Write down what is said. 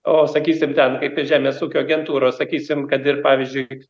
o sakysim ten kaip ir žemės ūkio agentūros sakysim kad ir pavyzdžiui